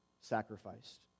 sacrificed